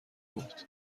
بود